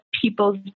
people's